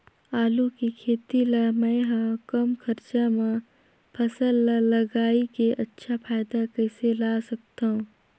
आलू के खेती ला मै ह कम खरचा मा फसल ला लगई के अच्छा फायदा कइसे ला सकथव?